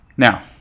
Now